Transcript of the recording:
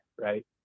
right